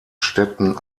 städten